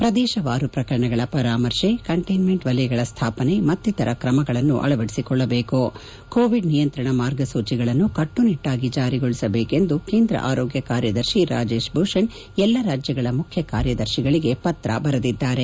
ಪ್ರದೇಶವಾರು ಪ್ರಕರಣಗಳ ಪರಾಮರ್ಶೆ ಕಂಟೇನ್ನೆಂಟ್ ವಲಯಗಳ ಸ್ಥಾಪನೆ ಮತ್ತಿತರ ಕ್ರಮಗಳನ್ನು ಅಳವಡಿಸಿಕೊಳ್ಳಬೇಕು ಕೋವಿಡ್ ನಿಯಂತ್ರಣ ಮಾರ್ಗಸೂಚಿಗಳನ್ನು ಕಟ್ಪುನಿಟ್ಲಾಗಿ ಜಾರಿಗೊಳಿಸಬೇಕು ಎಂದು ಕೇಂದ್ರ ಆರೋಗ್ಲ ಕಾರ್ಯದರ್ಶಿ ರಾಜೇಶ್ ಭೂಷಣ್ ಅವರು ಎಲ್ಲ ರಾಜ್ಙಗಳ ಮುಖ್ಯ ಕಾರ್ಯದರ್ಶಿಗಳಿಗೆ ಪತ್ರ ಬರೆದಿದ್ದಾರೆ